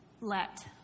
let